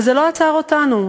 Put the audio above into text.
וזה לא עצר אותנו.